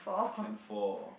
can four